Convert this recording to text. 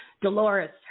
Dolores